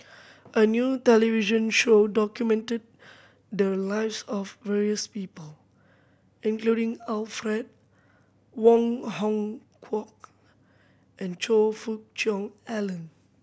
a new television show documented the lives of various people including Alfred Wong Hong Kwok and Choe Fook Cheong Alan